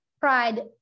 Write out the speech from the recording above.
pride